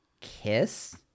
kiss